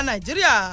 Nigeria